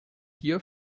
here